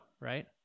right